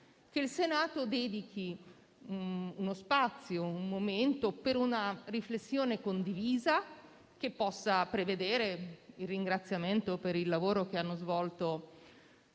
che il Senato dedichi uno spazio, un momento per una riflessione condivisa che possa prevedere il ringraziamento per il lavoro che hanno svolto